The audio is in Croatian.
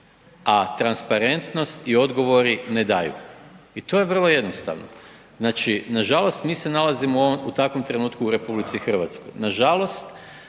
a transparentnost i odgovori ne daju. I to je vrlo jednostavno, nažalost mi se nalazimo u takvom trenutku u RH. Nažalost,